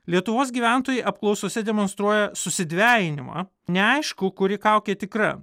lietuvos gyventojai apklausose demonstruoja susidvejinimą neaišku kuri kaukė tikra